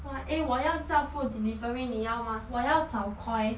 !wah! eh 我要叫 food delivery 你要吗我要叫 koi